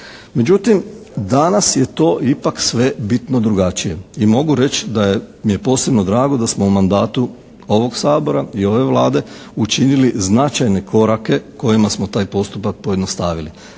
Međutim, danas je to ipak sve bitno drugačije i mogu reći da mi je posebno drago da smo u mandatu ovog Sabora i ove Vlade učinili značajne korake kojima smo taj postupak pojednostavili.